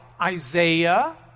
Isaiah